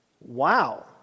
Wow